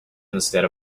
instead